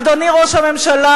אדוני ראש הממשלה,